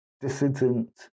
dissident